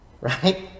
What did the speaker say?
right